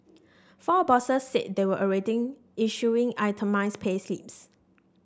four bosses said they were already issuing itemised payslips